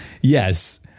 yes